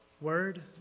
word